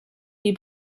die